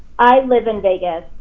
i live in vegas.